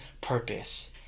purpose